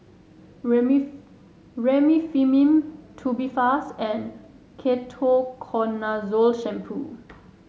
Remifemin Tubifast and Ketoconazole Shampoo